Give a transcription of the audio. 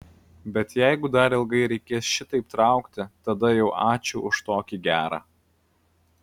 bet jeigu dar ilgai reikės šitaip traukti tada jau ačiū už tokį gerą